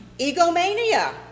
Egomania